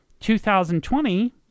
2020